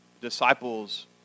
disciples